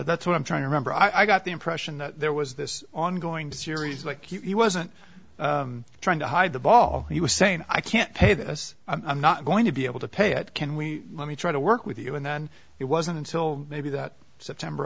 that's what i'm trying to remember i got the impression that there was this ongoing series like he wasn't trying to hide the ball he was saying i can't pay this i'm not going to be able to pay it can we let me try to work with you and then it wasn't until maybe that september